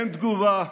אין תגובה,